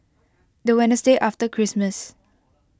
the Wednesday after Christmas